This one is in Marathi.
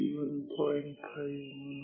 5 म्हणू